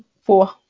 four